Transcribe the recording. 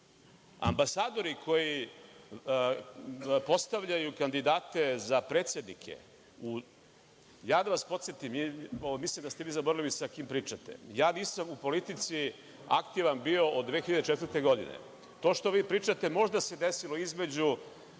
drugome. Ambasadori koji postavljaju kandidate za predsednike, da vas podsetim, mislim da ste vi zaboravili sa kim pričate, ja nisam u politici aktivan bio od 2004. godine. To što vi pričate možda se desilo između,